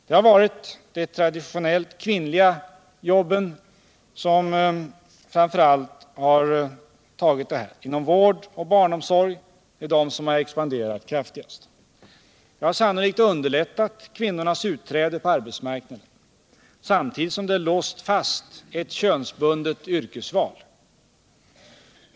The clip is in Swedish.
Det har varit de traditionellt kvinnliga jobben inom vård och barnomsorg som expanderat kraftigast. Detta har sannolikt underlättat kvinnornas utträde på arbetsmarknaden samtidigt som det låst fast ett könsbundet yrkesval.